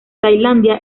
tailandia